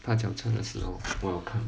他讲真的是 hor 哇好看